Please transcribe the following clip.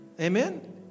Amen